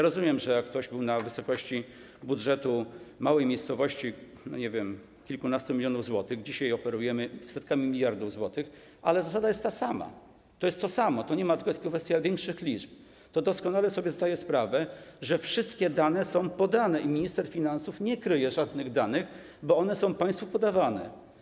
Rozumiem, że jak ktoś był na wysokości budżetu małej miejscowości, nie wiem, kilkunastu milionów złotych, a dzisiaj operujemy setkami miliardów złotych - ale zasada jest ta sama, to jest to samo, tylko jest to kwestia większych liczb - to doskonale sobie zdaje sprawę, że wszystkie dane są podane i że minister finansów nie kryje żadnych danych, bo one są państwu podawane.